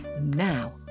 now